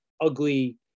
ugly